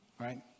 right